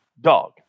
Dog